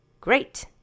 Great